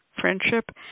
friendship